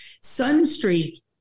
Sunstreak